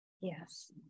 yes